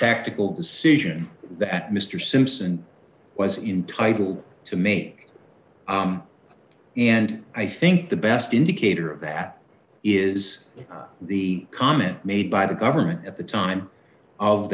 tactical decision that mr simpson was intitled to make and i think the best indicator of that is the comment made by the government at the time of